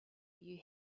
you